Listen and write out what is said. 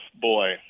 Boy